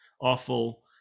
awful